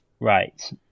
right